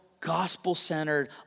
gospel-centered